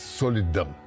solidão